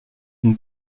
une